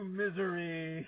misery